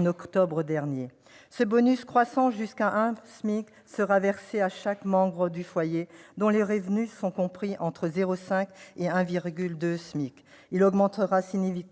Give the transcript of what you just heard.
d'octobre dernier. Ce bonus, croissant jusqu'à un SMIC, sera versé à chaque membre du foyer dont les revenus sont compris entre 0,5 et 1,2 SMIC. Il augmentera significativement